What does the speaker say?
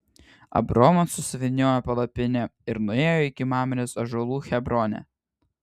abromas susivyniojo palapinę ir nuėjo iki mamrės ąžuolų hebrone